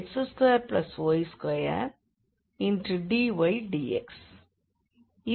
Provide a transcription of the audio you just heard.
இது இயற்கையானது